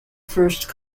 first